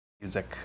music